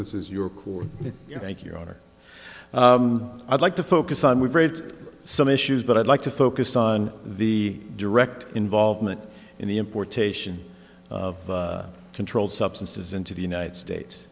thank your honor i'd like to focus on we've raised some issues but i'd like to focus on the direct involvement in the importation of controlled substances into the united states